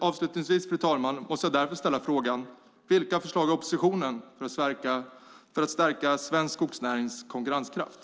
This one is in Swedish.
Avslutningsvis, fru talman, måste jag ställa frågan: Vilka förslag har oppositionen för att stärka svensk skogsnärings konkurrenskraft?